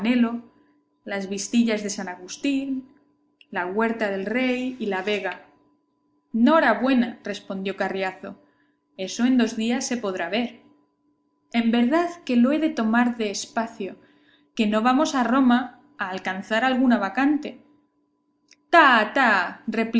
las vistillas de san agustín la huerta del rey y la vega norabuena respondió carriazo eso en dos días se podrá ver en verdad que lo he de tomar de espacio que no vamos a roma a alcanzar alguna vacante